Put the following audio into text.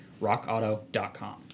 Rockauto.com